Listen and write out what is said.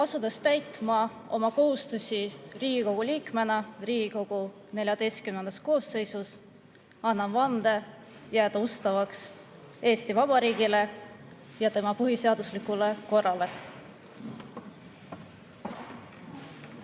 Asudes täitma oma kohustusi Riigikogu liikmena Riigikogu XIV koosseisus, annan vande jääda ustavaks Eesti Vabariigile ja tema põhiseaduslikule korrale.